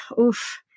oof